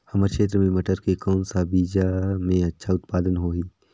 हमर क्षेत्र मे मटर के कौन सा बीजा मे अच्छा उत्पादन होही?